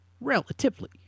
Relatively